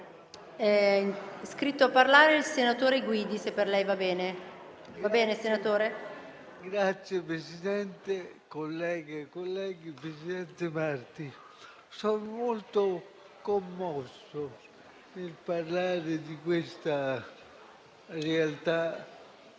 Signor Presidente, colleghe e colleghi, presidente Marti, sono molto commosso nel parlare di questa realtà,